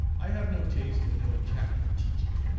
i have no taste and no tact for teaching.